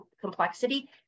complexity